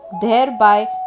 thereby